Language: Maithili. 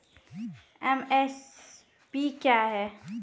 एम.एस.पी क्या है?